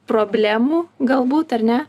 problemų galbūt ar ne